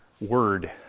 Word